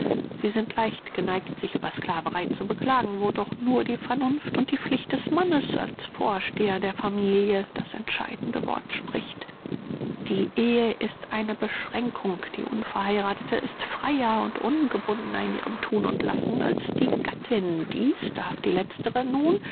sie sind leicht geneigt sich über sclaverei zu beklagen wo doch nur die vernunft und die pflicht des mannes als vorsteher der familie das entscheidende wort spricht die ehe ist eine beschränkung die unverheirathete ist freier und ungebundner in ihrem thun und lassen als die gattin dies darf die letztere nun